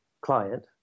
client